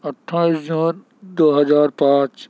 اٹھائیس جون دو ہزار پانچ